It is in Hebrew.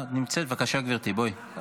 בבקשה, גברתי, בואי.